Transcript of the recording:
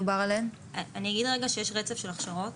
יש רצף של הכשרות.